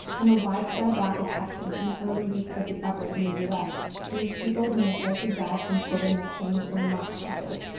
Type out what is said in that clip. and a widespread lack of testing in the early weeks of the outbreak in the us means people who most likely died from covid nineteen were not counted.